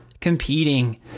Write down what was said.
competing